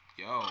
yo